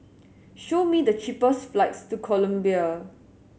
show me the cheapest flights to Colombia